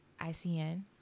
ICN